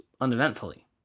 uneventfully